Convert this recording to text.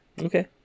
Okay